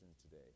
today